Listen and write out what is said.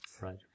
Right